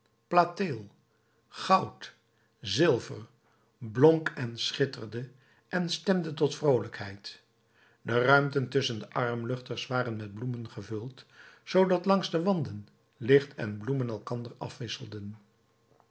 plateel goud zilver blonk en schitterde en stemde tot vroolijkheid de ruimten tusschen de armluchters waren met bloemen gevuld zoo dat langs de wanden licht en bloemen elkander afwisselden